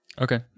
Okay